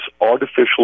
artificial